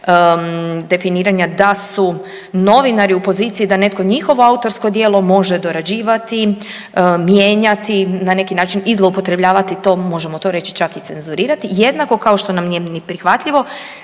definiranja da su novinari u poziciji da netko njihovo autorsko djelo može dorađivati, mijenjati, na neki način i zloupotrebljavati to, to možemo to reći čak i cenzurirati, jednako kao što nam nije ni prihvatljivo